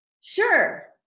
Sure